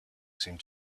seemed